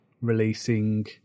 releasing